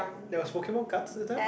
there was Pokemon cards the time